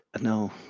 no